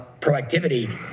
proactivity